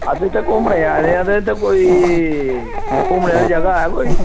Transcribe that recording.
अस इत्थें घुमनै गी आये दे ते इत्थें कोई घुमनै आह्ली जगह ऐ कोई